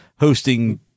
hosting